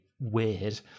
weird